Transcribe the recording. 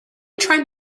trying